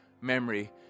memory